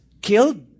killed